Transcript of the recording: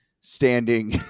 standing